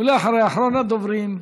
ואחריה, אחרון הדוברים,